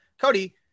Cody